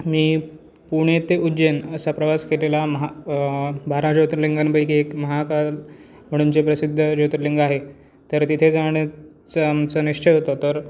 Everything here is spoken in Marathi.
मी पुणे ते उज्जैन असा प्रवास केलेला महा बारा ज्योतिर्लिंगांपैकी एक महाकाल म्हणून जे प्रसिद्ध ज्योतिर्लिंग आहे तर तिथे जाण्याचं आमचं निश्चय होता तर